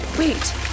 Wait